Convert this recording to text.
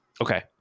okay